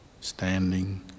standing